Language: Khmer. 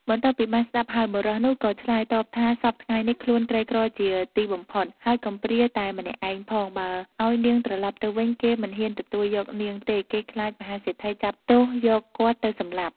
បន្ទាប់់ពីបានស្តាប់ហើយ បុរសនោះក៏ឆ្លើយតបថាសព្វថ្ងៃនេះខ្លួនក្រីក្រជាទីបំផុត ហើយកំព្រាតែម្នាក់ឯងផងបើឲ្យនាងត្រឡប់ទៅវិញគេមិនហ៊ានទទួលយកនាងទេគេខ្លាចមហាសេដ្ឋីចាប់ទោសយកគាត់ទៅសម្លាប់។